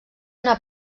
una